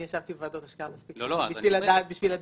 ישבתי בוועדות השקעה מספיק זמן בשביל לדעת